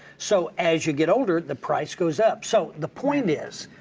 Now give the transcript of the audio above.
so as you get older, the price goes up. so the point is,